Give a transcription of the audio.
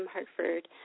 Hartford